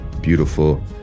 beautiful